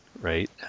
right